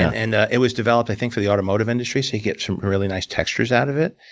and it was developed, i think, for the automotive industry, so you get some really nice textures out of it.